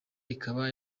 ikaba